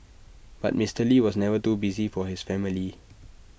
but Mister lee was never too busy for his family